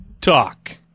talk